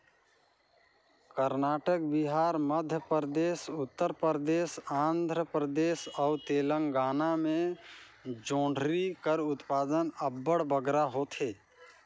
करनाटक, बिहार, मध्यपरदेस, उत्तर परदेस, आंध्र परदेस अउ तेलंगाना में जोंढरी कर उत्पादन अब्बड़ बगरा होथे